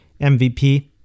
MVP